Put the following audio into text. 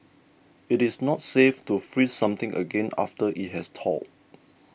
it is not safe to freeze something again after it has thawed